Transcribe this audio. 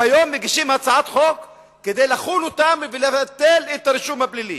והיום מגישים הצעת חוק כדי לחון אותם ולבטל את הרישום הפלילי.